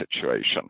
situation